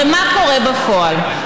הרי מה קורה בפועל?